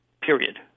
Period